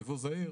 ייבוא זעיר,